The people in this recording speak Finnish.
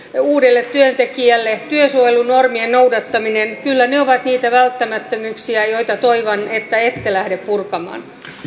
uudelle työntekijälle työsuojelunormien noudattaminen ovat kyllä niitä välttämättömyyksiä joita toivon että ette lähde purkamaan